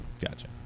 Gotcha